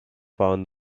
found